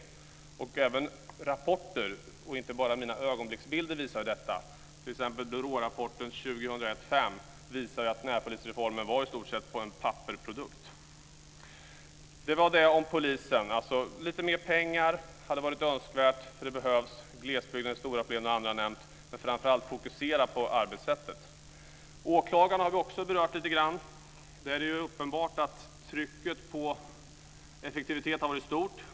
Detta kommer fram i rapporter, inte bara i mina ögonblicksbilder. Så är t.ex. fallet i BRÅ-rapport 2001:5, som visar att närpolisreformen i stort sett var en pappersprodukt. Lite mer pengar till polisen hade varit önskvärt. Det behövs. Glesbygdens stora problem har andra nämnt. Framför allt bör man fokusera på arbetssättet. Vi har också lite grann berört åklagarna. Det är uppenbart att trycket på effektivitet har varit stort.